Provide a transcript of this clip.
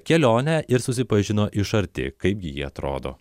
kelionę ir susipažino iš arti kaipgi ji atrodo